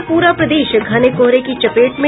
और पूरा प्रदेश घने कोहरे की चपेट में